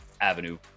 Avenue